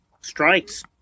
strikes